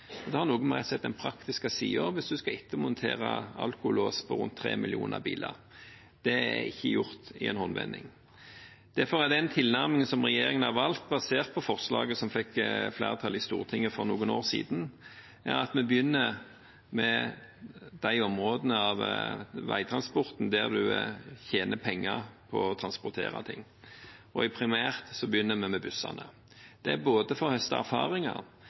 og det har å gjøre med å se den praktiske siden – hvis en skal ettermontere alkolås på tre millioner biler, er det ikke gjort i en håndvending. Derfor er tilnærmingen regjeringen har valgt, basert på forslaget som fikk flertall i Stortinget for noen år siden, at vi begynner med de områdene av veitransporten der en tjener penger på å transportere. Primært begynner vi med bussene. Det er både for å høste erfaringer,